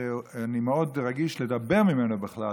זיכרונו לברכה,